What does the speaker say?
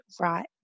right